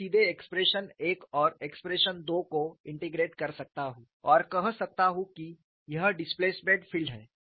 मैं सीधे एक्सप्रेशन एक और एक्सप्रेशन दो को इंटेग्रेट कर सकता हूं और कह सकता हूं कि यह डिस्प्लेसमेंट फील्ड है